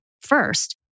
first